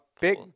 big